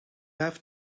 have